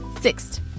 Sixth